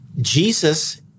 Jesus